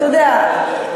אתה יודע,